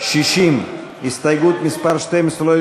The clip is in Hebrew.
ההסתייגות (12)